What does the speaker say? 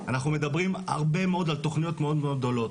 אנחנו מדברים הרבה מאוד על תכניות מאוד מאוד גדולות.